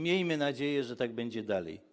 Miejmy nadzieję, że tak będzie dalej.